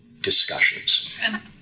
discussions